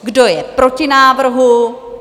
Kdo je proti návrhu?